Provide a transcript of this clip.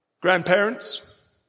Grandparents